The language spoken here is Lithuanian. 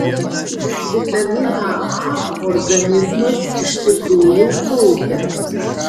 bet vitaminą a organizmas iš tikrųjų kaupia